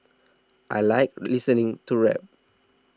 I like listening to rap